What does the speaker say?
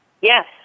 Yes